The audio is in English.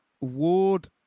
Ward